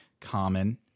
Common